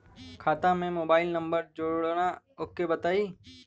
खाता में mobile number जोड़ना ओके बताई?